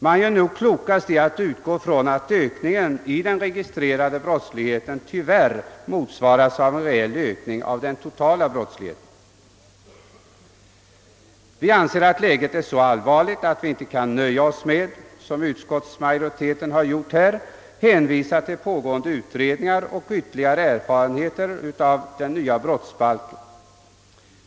Man gör nog klokast i att utgå från att ökningen av den registrerade brottsligheten tyvärr motsvaras av en reell ökning av den totala brottsligheten. Vi anser att läget är så allvarligt att vi inte kan nöja oss med att, som utskottsmajoriteten har gjort, hänvisa till pågående utredningar och ytterligare erfarenheter av den nya brottsbalken.